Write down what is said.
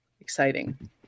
Exciting